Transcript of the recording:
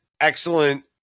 excellent